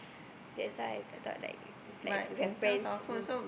that's why I thought like like if you have friends mm